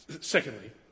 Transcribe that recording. Secondly